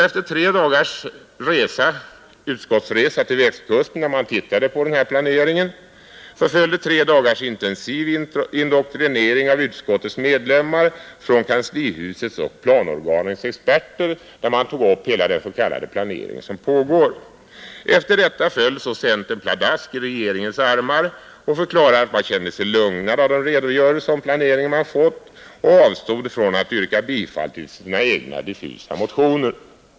Efter utskottets tredagarsresa till Västkusten följde tre dagars intensiv indoktrinering av utskottets medlemmar från kanslihusets och planorganens experter, där hela den s.k. planering som pågår togs upp. Efter detta föll centern pladask i regeringens armar och förklarade att man kände sig lugnad av de redogörelser om planeringen som man fått och avstod från att yrka bifall till sina egna diffusa motioner.